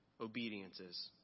Obediences